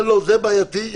זה בעייתי?